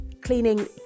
cleaning